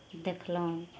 देखलहुँ